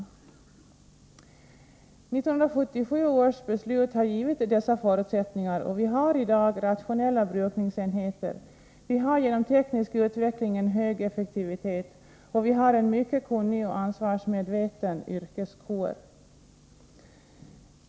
1977 års beslut har gett dessa förutsättningar, och vi har i dag rationella brukningsenheter, vi har genom teknisk utveckling en hög effektivitet, och vi har en mycket kunnig och ansvarsmedveten yrkeskår.